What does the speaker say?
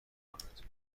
کنند